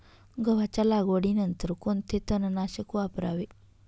गव्हाच्या लागवडीनंतर कोणते तणनाशक वापरावे?